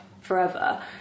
forever